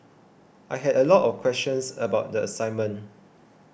I had a lot of questions about the assignment